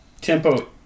Tempo